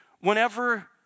whenever